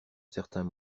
certains